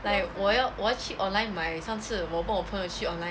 like 我要我要去 online 买上次我跟我朋友去 online